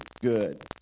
good